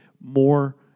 more